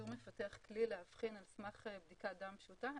שמפתח כלי שיכול לאבחן על סמך בדיקת דם פשוטה,